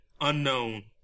unknown